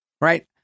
right